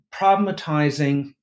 problematizing